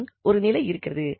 மற்றும் ஒரு நிலை இருக்கிறது